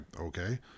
okay